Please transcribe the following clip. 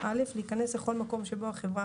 להיכנס לכל מקום שבו החברה,